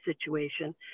situation